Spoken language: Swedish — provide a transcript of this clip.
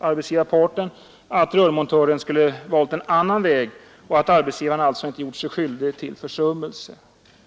arbetsgivarparten att rörmontören skulle valt en annan väg och att arbetsgivaren alltså inte gjort sig skyldig till försummelse.